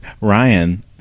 Ryan